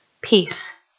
peace